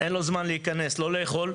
אין לו זמן להיכנס לא לאכול,